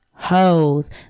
hoes